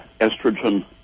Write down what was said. estrogen